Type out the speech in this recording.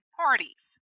parties